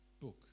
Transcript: book